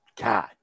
God